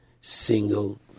single